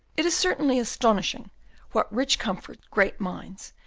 it is certainly astonishing what rich comfort great minds,